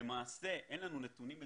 למעשה אין לנו נתונים מדויקים.